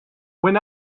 when